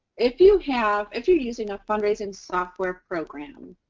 if you have, if you're using a fundraising software program,